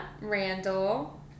Randall